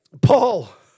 Paul